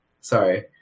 Sorry